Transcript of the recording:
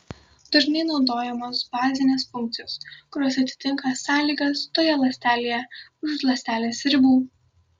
dažnai naudojamos bazinės funkcijos kurios atitinka sąlygas toje ląstelėje už ląstelės ribų